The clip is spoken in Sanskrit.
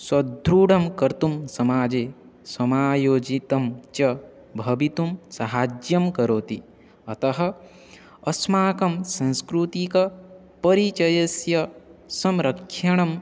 सुदृढं कर्तुं समाजे समायोजितं च भवितुं सहाय्यं करोति अतः अस्माकं सांस्कृतिकपरिचयस्य संरक्षणम्